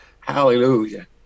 hallelujah